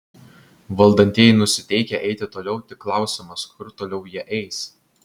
valdantieji nusiteikę eiti toliau tik klausimas kur toliau jie eis